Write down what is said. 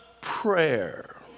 prayer